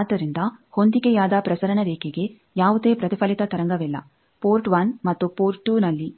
ಆದ್ದರಿಂದ ಹೊಂದಿಕೆಯಾದ ಪ್ರಸರಣ ರೇಖೆಗೆ ಯಾವುದೇ ಪ್ರತಿಫಲಿತ ತರಂಗವಿಲ್ಲ ಪೋರ್ಟ್1 ಮತ್ತು ಪೋರ್ಟ್ 2ನಲ್ಲಿ